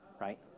right